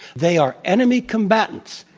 they are enemy combatants.